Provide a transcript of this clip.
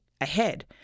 ahead